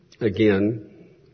again